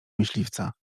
myśliwca